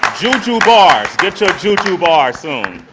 juju bars. get your juju bars soon.